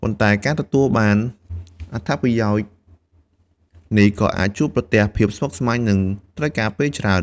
ប៉ុន្តែការទទួលបានអត្ថប្រយោជន៍នេះក៏អាចជួបប្រទះភាពស្មុគស្មាញ និងត្រូវការពេលច្រើន។